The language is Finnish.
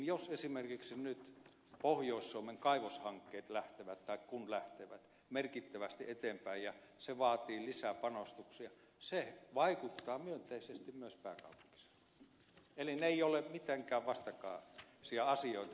jos esimerkiksi nyt pohjois suomen kaivoshankkeet lähtevät tai kun ne lähtevät merkittävästi eteenpäin ja se vaatii lisäpanostuksia se vaikuttaa myönteisesti myös pääkaupunkiseutuun eli ne eivät ole mitenkään vastakkaisia asioita